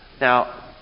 Now